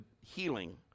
healing